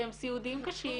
שהם סיעודיים קשים,